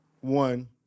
one